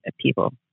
people